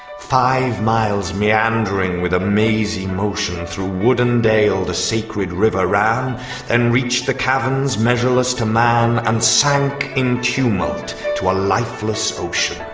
five miles meandering with a mazy motion through wood and dale the sacred river ran then and reached the caverns measureless to man and sank in tumult to a lifeless ocean